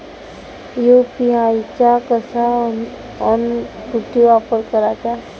UPI चा कसा अन कुटी वापर कराचा?